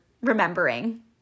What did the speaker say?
remembering